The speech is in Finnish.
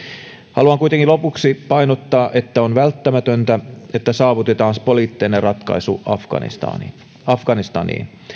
haluan kuitenkin lopuksi painottaa että on välttämätöntä että saavutetaan poliittinen ratkaisu afganistaniin afganistaniin